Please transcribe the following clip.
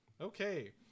Okay